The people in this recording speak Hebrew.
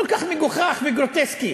כל כך מגוחך וגרוטסקי.